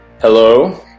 Hello